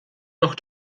noch